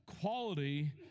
quality